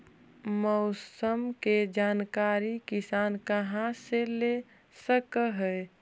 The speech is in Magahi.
मौसम के जानकारी किसान कहा से ले सकै है?